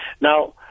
now